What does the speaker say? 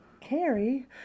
Carrie